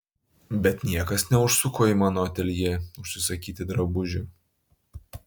bet niekas neužsuko į mano ateljė užsisakyti drabužio